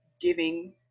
giving